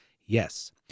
yes